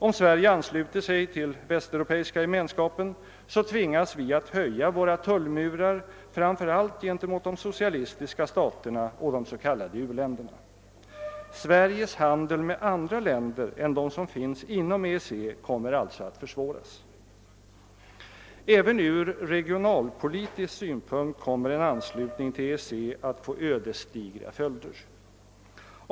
Om Sverige ansluter sig till den västeuropeiska gemenskapen tvingas vi att höja våra tullmurar framför allt gentemot de socialistiska staterna och de s.k. u-länderna, Sveriges handel med andra länder än de som finns inom EEC kommer alltså att försvåras. Även ur regionalpolitisk synpunkt kommer en anslutning till EEC att få ödesdigra följder.